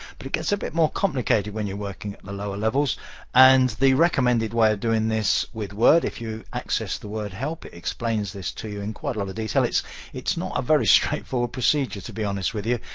but it gets a bit more complicated when you're working at the lower levels and the recommended way of doing this with word if you access the word help it explains this to you in quite a lot of detail. it's it's not a very straightforward procedure to be honest with you,